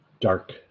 dark